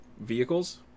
vehicles